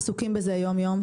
עסוקים בזה יום-יום,